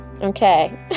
Okay